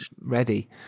ready